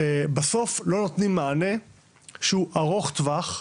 בסופו של דבר לא נותנים מענה שהוא ארוך טווח לצעירים.